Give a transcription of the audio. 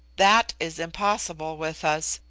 that is impossible with us,